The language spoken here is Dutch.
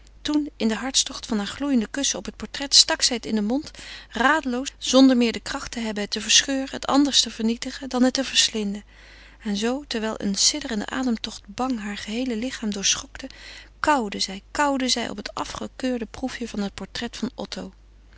toen in den hartstocht harer gloeiende kussen op het portret stak zij het in den mond radeloos zonder meer de kracht te hebben het te verscheuren het anders te vernietigen dan het te verslinden zoo terwijl een sidderende ademtocht bang haar geheele lichaam doorschokte kauwde zij kauwde zij op het afgekeurde proefje van het portret van otto